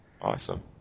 Awesome